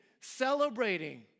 celebrating